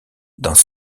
dans